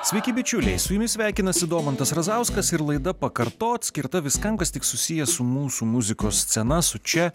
sveiki bičiuliai su jumis sveikinasi domantas razauskas ir laida pakartot skirta viskam kas tik susiję su mūsų muzikos scena su čia